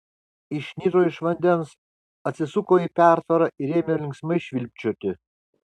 išniro iš vandens atsisuko į pertvarą ir ėmė linksmai švilpčioti